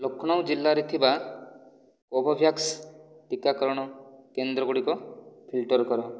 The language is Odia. ଲକ୍ଷ୍ନୌ ଜିଲ୍ଲାରେ ଥିବା କୋଭୋଭ୍ୟାକ୍ସ ଟିକାକରଣ କେନ୍ଦ୍ରଗୁଡ଼ିକ ଫିଲ୍ଟର କର